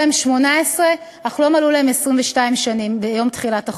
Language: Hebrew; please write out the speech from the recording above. להם 18 אך לא מלאו להם 22 שנים ביום תחילת החוק.